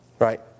Right